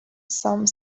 some